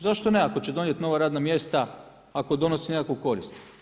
Zašto ne ako će donijeti nova radna mjesta ako donosi nekakvu korist?